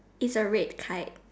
it's a red kite